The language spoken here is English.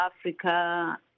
Africa